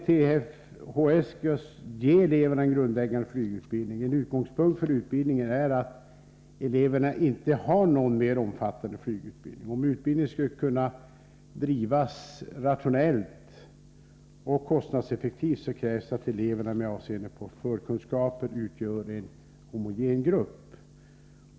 TFHS skall ge eleverna en grundläggande flygutbildning. En utgångspunkt för utbildningen är att eleverna inte har någon mer omfattande flygutbildning. Om utbildningen skall kunna drivas rationellt och kostnadseffektivt krävs att eleverna med avseende på förkunskaper utgör en homogen grupp.